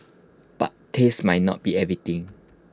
but taste might not be everything